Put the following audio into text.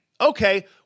Okay